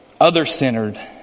Other-centered